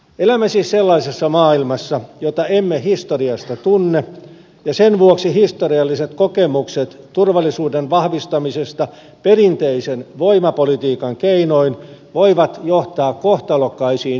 elämme siis sellaisessa maailmassa jota emme historiasta tunne ja sen vuoksi historialliset kokemukset turvallisuuden vahvistamisesta perinteisen voimapolitiikan keinoin voivat johtaa kohtalokkaisiin virhepäätelmiin